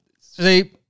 see